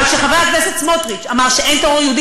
אבל כשחבר הכנסת סמוטריץ אמר שאין טרור יהודי,